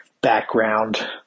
background